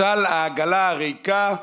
משל העגלה הריקה,